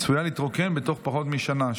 צפויה להתרוקן בתוך פחות משנה,